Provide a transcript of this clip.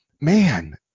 man